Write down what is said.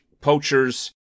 poachers